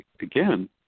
Again